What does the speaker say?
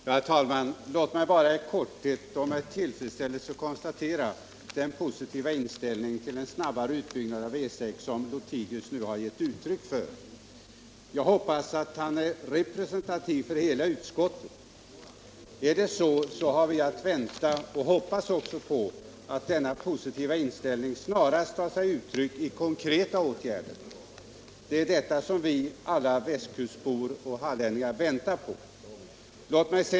Herr talman! Låt mig bara med tillfredsställelse konstatera den positiva inställning till en snabbare utbyggnad av E 6 som herr Lothigius nu gett uttryck för. Jag hoppas att han är representativ för hela utskottet. Är det så kan vi hoppas på att denna positiva inställning snarast tar sig uttryck i konkreta åtgärder. Det är detta som vi västkustbor och alla hallänningar väntar på.